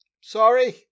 Sorry